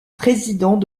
président